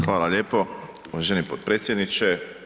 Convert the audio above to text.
Hvala lijepo uvaženi potpredsjedniče.